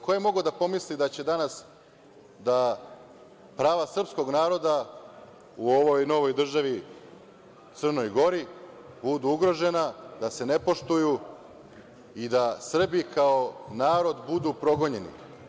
Ko je mogao da pomisli da će danas da prava srpskog naroda u ovoj novoj državi Crnoj Gori budu ugrožena, da se ne poštuju i da Srbi kao narod budu progonjeni?